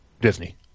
Disney